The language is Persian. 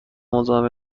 مزاحم